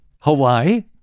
Hawaii